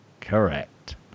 Correct